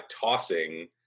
tossing